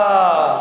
אהה.